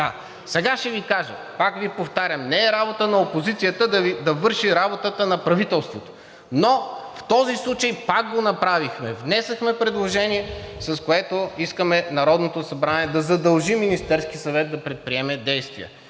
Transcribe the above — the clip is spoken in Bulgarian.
Сега ще Ви кажа. Пак Ви повтарям: не е работа на опозицията да върши работата на правителството. Но в този случай пак го направихме – внесохме предложение, с което искаме Народното събрание да задължи Министерския съвет да предприеме действия.